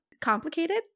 complicated